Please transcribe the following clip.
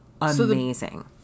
amazing